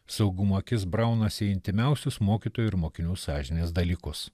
saugumo akis braunas į intymiausius mokytojų ir mokinių sąžinės dalykus